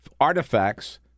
artifacts